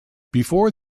before